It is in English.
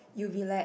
you'll be like